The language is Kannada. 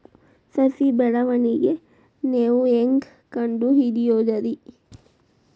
ಸಸಿ ಬೆಳವಣಿಗೆ ನೇವು ಹ್ಯಾಂಗ ಕಂಡುಹಿಡಿಯೋದರಿ?